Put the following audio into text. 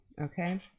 okay